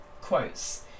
quotes